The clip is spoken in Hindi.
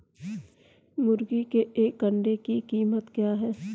मुर्गी के एक अंडे की कीमत क्या है?